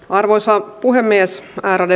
arvoisa puhemies